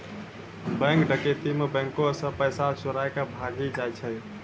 bank डकैती मे बैंको से पैसा चोराय के भागी जाय छै